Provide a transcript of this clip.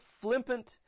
flippant